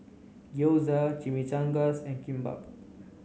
Gyoza Chimichangas and Kimbap